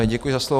Děkuji za slovo.